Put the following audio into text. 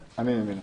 בבקשה.